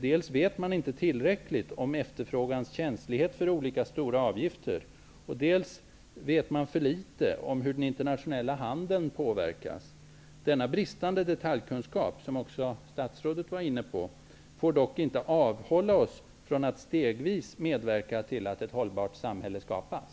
Dels vet man inte tillräckligt om efterfrågans känslighet för olika stora avgifter, dels vet man för litet om hur den internationella handeln påverkas. Denna bristande detaljkunskap, som statsrådet också var inne på, får dock inte avhålla oss från att stegvis medverka till att ett hållbart samhälle skapas.